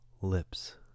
lips